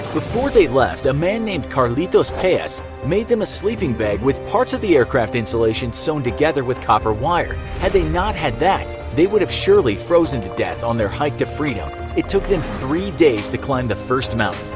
before they left a man named carlitos paez made them a sleeping bag with parts of the aircraft insulation sewn together with copper wire. had they not have had that they would have surely frozen to death on their hike to freedom. it took them three days to climb the first mountain.